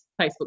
Facebook